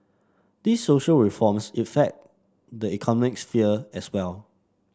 these social reforms effect the economic sphere as well